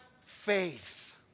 faith